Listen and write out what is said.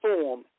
form